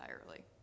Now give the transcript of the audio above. entirely